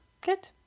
Good